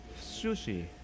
sushi